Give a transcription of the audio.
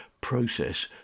process